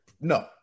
No